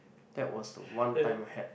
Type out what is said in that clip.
that was the one time I had